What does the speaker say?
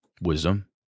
wisdom